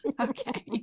Okay